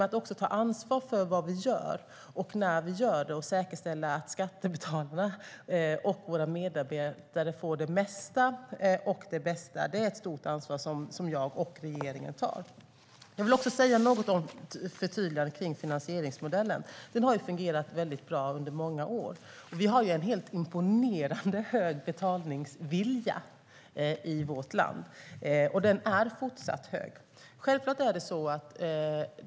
Att också ta ansvar för vad vi gör och när vi gör det och säkerställa att skattebetalarna och våra medarbetare får det mesta och det bästa är viktigt, och det ansvaret tar jag och regeringen. Jag vill också säga något förtydligande om finansieringsmodellen. Den har fungerat bra under många år, och vi har en helt imponerande hög betalningsvilja i vårt land. Den är fortsatt hög.